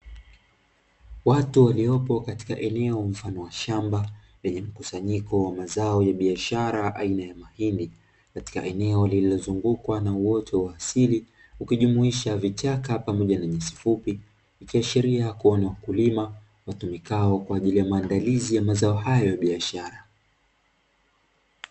Watu waliopo katika eneo mfano wa shamba, lenye mkusanyiko wa mazao ya biashara aina ya mahindi, katika eneo lililozungukwa na uoto wa asili, ukijumuisha vichaka pamoja na nyasi fupi. Ikiashiria kuwa ni wakulima watumikao kwa ajili ya maandalizi ya mazao hayo ya biashara.